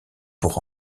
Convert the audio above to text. pour